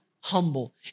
humble